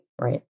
Right